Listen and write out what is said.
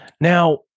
Now